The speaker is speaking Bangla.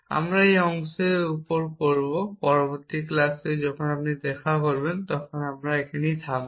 আমরা এই অংশের উপর করব পরের ক্লাসে যখন আপনি দেখা করবেন তখন এখানেই থামবেন